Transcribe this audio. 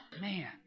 man